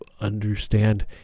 Understand